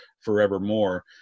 forevermore